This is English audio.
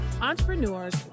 entrepreneurs